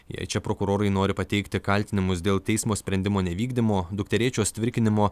jai čia prokurorai nori pateikti kaltinimus dėl teismo sprendimo nevykdymo dukterėčios tvirkinimo